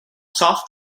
soft